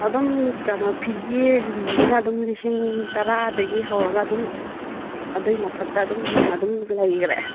ꯑꯗꯨꯝ ꯀꯩꯅꯣ ꯐꯤꯒꯦꯒꯨꯝꯕꯁꯤꯅ ꯑꯗꯨꯝ ꯂꯤꯁꯤꯡ ꯇꯥꯔꯥꯗꯒꯤ ꯍꯧꯔꯒ ꯑꯗꯨꯝ ꯑꯗꯨꯒꯤ ꯃꯊꯛꯇꯥ ꯑꯗꯨꯝ ꯍꯦꯟꯅ ꯑꯗꯨꯝ ꯂꯩꯈꯔꯦ